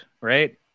right